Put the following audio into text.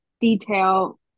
detail